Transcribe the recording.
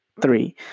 Three